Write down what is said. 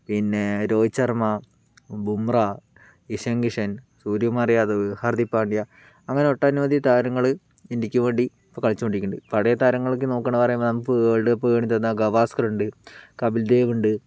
പിന്നേ രോഹിത് ശർമ്മ ബുംറ ഇഷൻ കിഷൻ സൂര്യകുമാർ യാദവ് ഹർദിക് പാണ്ടിയ അങ്ങനെ ഒട്ടനവധി താരങ്ങൾ ഇന്ത്യക്ക് വേണ്ടി ഇപ്പോൾ കളിച്ചു കൊണ്ടിരിക്കുന്നുണ്ട് പഴയ താരങ്ങളൊക്കെ നോക്കുകയാണെങ്കിൽ പറയുമ്പോൾ നമുക്ക് വേൾഡ് കപ്പ് നേടി തന്ന ഗവാസ്കറുണ്ട് കപിൽ ദേവുണ്ട്